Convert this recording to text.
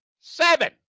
Seven